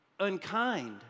unkind